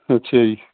ਅੱਛਾ ਜੀ